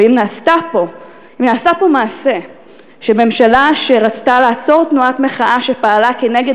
ואם נעשה פה מעשה שממשלה שרצתה לעצור תנועת מחאה שפעלה נגד